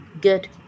good